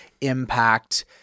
impact